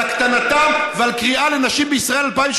על הקטנתן ועל קריאה לנשים בישראל 2018,